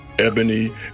Ebony